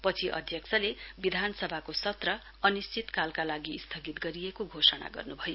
पछि अध्यक्षले विधानसभाको सत्र अनिश्चितकालका लागि स्थगित गरिएको घोषणा गर्नुभयो